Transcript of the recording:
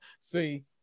See